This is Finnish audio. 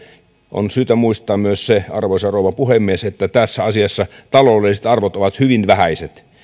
on syytä muistaa myös se arvoisa rouva puhemies että tässä asiassa taloudelliset arvot ovat hyvin vähäiset